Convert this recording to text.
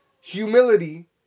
humility